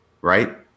right